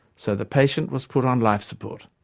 so the patient was put on life support.